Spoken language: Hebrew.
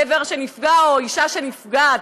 גבר שנפגע או אישה שנפגעת.